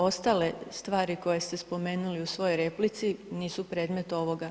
Ostale stvari koje ste spomenuli u svojoj replici nisu predmet ovoga.